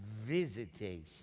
Visitation